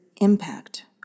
impact